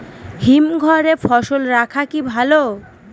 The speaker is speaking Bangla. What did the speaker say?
হিমঘরে ফসল রাখা কি ভালো?